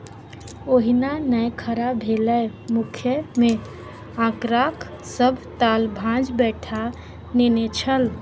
ओहिना नै खड़ा भेलै मुखिय मे आंकड़ाक सभ ताल भांज बैठा नेने छल